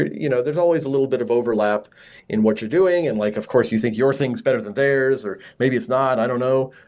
you know there's always a little bit of overlap in what you're doing. and like of course, you think your thing is better than theirs or maybe it's not. i don't know.